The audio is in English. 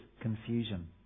confusion